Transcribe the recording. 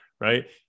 right